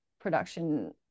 production